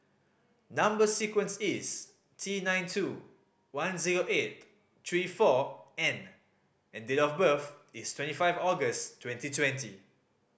number sequence is T nine two one zero eight three four N and date of birth is twenty five August twenty twenty